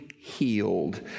healed